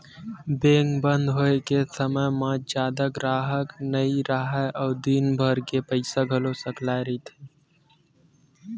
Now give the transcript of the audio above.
bank बंद होए के समे म जादा गराहक नइ राहय अउ दिनभर के पइसा घलो सकलाए रहिथे